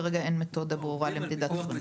כרגע אין מתודה ברורה למדידת תורים.